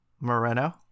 Moreno